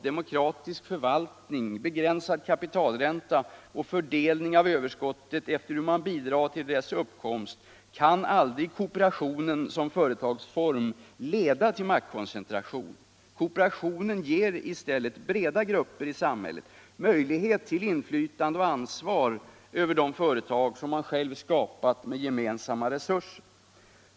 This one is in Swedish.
demokratisk förvaltning, begränsad kapitalränta och fördelning av överskottet efter hur man bidragit till dess uppkomst kan aldrig kooperationen som företagsform leda till maktkoncentration. Kooperationen ger i stället breda grupper i samhället möjlighet till inflytande över och ansvar för de företag som man själv skapat med gemensamma resurser.